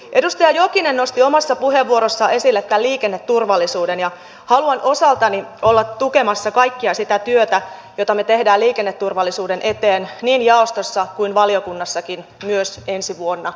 edustaja jokinen nosti omassa puheenvuorossaan esille tämän liikenneturvallisuuden ja haluan osaltani olla tukemassa kaikkea sitä työtä jota me teemme liikenneturvallisuuden eteen niin jaostossa kuin valiokunnassakin myös ensi vuonna